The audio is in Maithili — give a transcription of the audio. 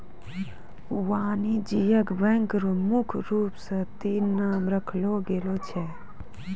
वाणिज्यिक बैंक र मुख्य रूप स तीन नाम राखलो गेलो छै